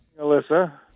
Alyssa